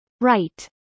Right